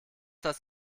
das